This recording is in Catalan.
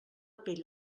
pell